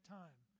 time